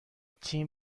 تیم